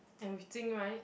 and with Jing right